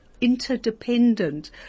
interdependent